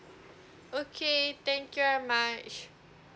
okay thank you very much